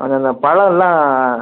கொஞ்சம் இந்த பழமெலாம்